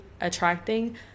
attracting